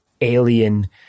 alien